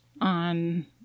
on